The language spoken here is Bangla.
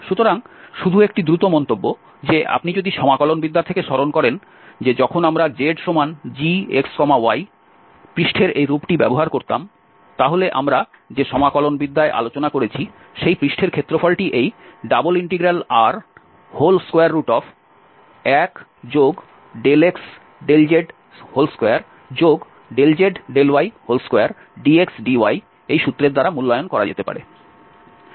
সুতরাং শুধু একটি দ্রুত মন্তব্য যে আপনি যদি সমাকলনবিদ্যা থেকে স্মরণ করেন যখন আমরা zgxy পৃষ্ঠের এই রূপটি ব্যবহার করতাম তাহলে আমরা যে সমাকলনবিদ্যায় আলোচনা করেছি সেই পৃষ্ঠের ক্ষেত্রফলটি এই ∬R1∂z∂x2∂z∂y2dxdy সূত্রের দ্বারা মূল্যায়ন করা যেতে পারে